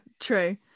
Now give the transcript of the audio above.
true